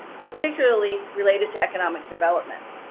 particularly related to economic development.